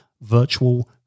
Virtual